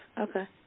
Okay